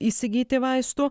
įsigyti vaistų